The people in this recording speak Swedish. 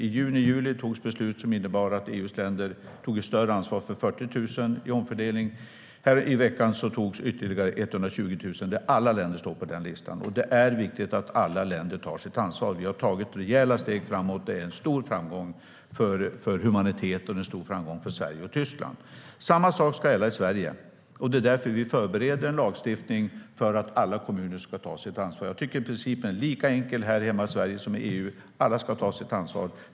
I juni och juli togs beslut som innebar att EU:s länder tog ett större ansvar för 40 000 genom omfördelning. I veckan togs ytterligare 120 000. Alla länder står på den listan, och det är viktigt att alla länder tar sitt ansvar. Vi har tagit rejäla steg framåt. Det är en stor framgång för humaniteten och en stor framgång för Sverige och Tyskland. Samma sak ska gälla i Sverige. Det är därför vi förbereder en lagstiftning som ska se till att alla kommuner tar sitt ansvar. Jag tycker att principen är lika enkel här hemma i Sverige som i EU. Alla ska ta sitt ansvar.